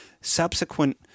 Subsequent